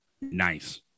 Nice